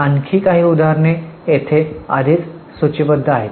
आणखी काही उदाहरणे येथे आधीच सूची बद्ध आहेत